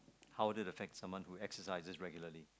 how would it affect someone who exercises regularly